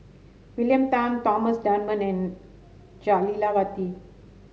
William Tan Thomas Dunman and Jah Lelawati